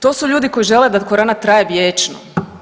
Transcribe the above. To su ljudi koji žele da korona traje vječno.